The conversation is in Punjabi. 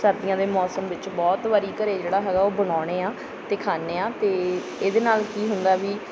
ਸਰਦੀਆਂ ਦੇ ਮੌਸਮ ਵਿੱਚ ਬਹੁਤ ਵਾਰੀ ਘਰ ਜਿਹੜਾ ਹੈਗਾ ਉਹ ਬਣਾਉਂਦੇ ਹਾਂ ਅਤੇ ਖਾਂਦੇ ਹਾਂ ਅਤੇ ਇਹਦੇ ਨਾਲ ਕੀ ਹੁੰਦਾ ਵੀ